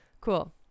Cool